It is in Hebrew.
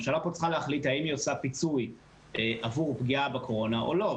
הממשלה צריכה להחליט האם היא עושה פיצוי עבור פגיעה בקורונה או לא.